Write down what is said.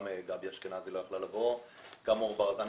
גם גב' אשכנזי לא יכלה לבוא וגם גברת מור ברזני